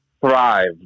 thrive